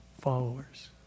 followers